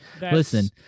Listen